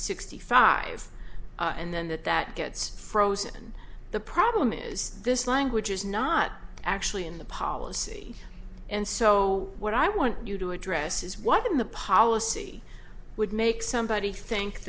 sixty five and then that that gets frozen the problem is this language is not actually in the policy and so what i want you to address is what in the policy would make somebody think